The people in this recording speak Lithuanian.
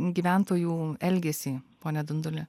gyventojų elgesį pone dunduli